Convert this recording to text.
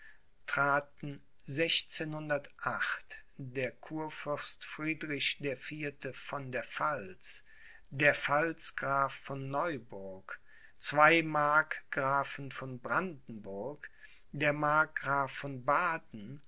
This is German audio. der kurfürst friedrich der vierte von der pfalz der pfalzgraf von neuburg zwei markgrafen von brandenburg der markgraf von baden